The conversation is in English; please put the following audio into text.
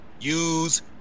use